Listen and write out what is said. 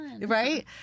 right